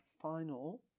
final